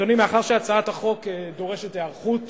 אדוני, מאחר שהצעת החוק דורשת היערכות